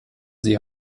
sie